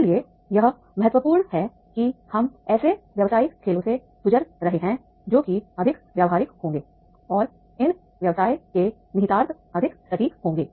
इसलिए यह महत्वपूर्ण है कि हम ऐसे व्यवसायिक खेलों से गुजर रहे हैं जो कि अधिक व्यावहारिक होंगे और इन व्यवसाय के निहितार्थ अधिक सटीक होंगे